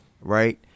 right